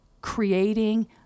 creating